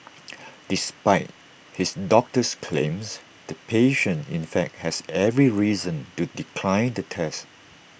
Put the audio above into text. despite his doctor's claims the patient in fact has every reason to decline the test